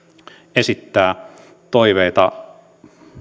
esittää toiveita